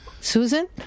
Susan